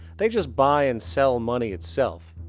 they just buy and sell money itself.